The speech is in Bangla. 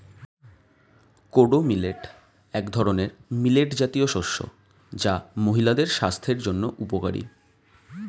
কোডো মিলেট এক ধরনের মিলেট জাতীয় শস্য যা মহিলাদের স্বাস্থ্যের জন্য উপকারী